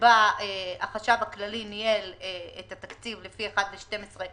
שבה החשב הכללי ניהל את התקציב לפי 1 חלקי 12,